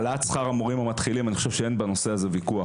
העלאת שכר המורים המתחילים אין על זה ויכוח,